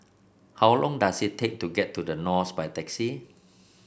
how long does it take to get to The Knolls by taxi